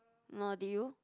no do you